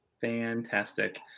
Fantastic